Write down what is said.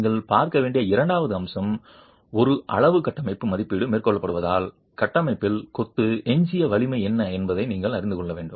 நீங்கள் பார்க்க வேண்டிய இரண்டாவது அம்சம் ஒரு அளவு கட்டமைப்பு மதிப்பீடு மேற்கொள்ளப்படுவதால் கட்டமைப்பில் கொத்து எஞ்சிய வலிமை என்ன என்பதை நீங்கள் அறிந்து கொள்ள வேண்டும்